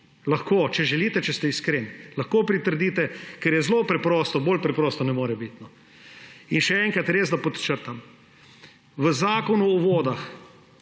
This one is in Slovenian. Lahko, če želite, če ste iskreni, lahko pritrdite, ker je zelo preprosto, bolj preprosto ne more biti. In še enkrat, naj podčrtam. V Zakonu o vodah